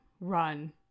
run